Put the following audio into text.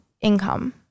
income